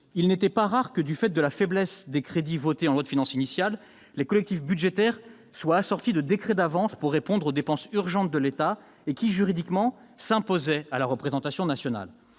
il n'était pas rare que, du fait de la faiblesse des crédits votés en loi de finances initiale, les collectifs budgétaires soient assortis, pour répondre aux dépenses urgentes de l'État, de décrets d'avance qui, juridiquement, imposaient un vote de la représentation nationale.